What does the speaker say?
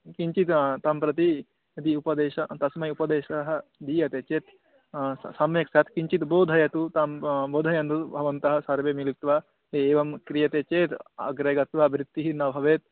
किञ्चिद् तं प्रति यदि उपदेशं तस्मै उपदेशः दीयते चेत् सम्यक् स्यात् किञ्चित् बोधयतु तं बोधयन्तु भवन्तः सर्वे मिलित्वा एव क्रियते चेत् अग्रे गत्वा वृत्तिः न भवेत्